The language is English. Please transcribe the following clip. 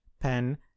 pen